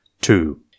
Two